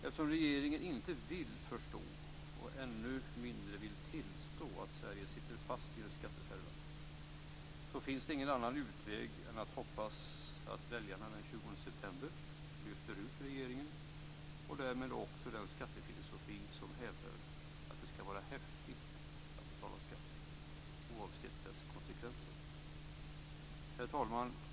Eftersom regeringen inte vill förstå, och ännu mindre vill tillstå, att Sverige sitter fast i en skattefälla finns det ingen annan utväg än att hoppas att väljarna den 20 september lyfter ut regeringen och därmed den skattefilosofi som hävdar att det skall vara häftigt att betala skatt, oavsett konsekvenserna. Herr talman!